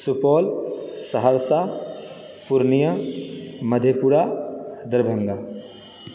Supaul Saharsa Purnia Madhepura Darbhanga